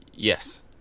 yes